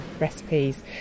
recipes